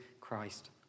Christ